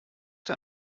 der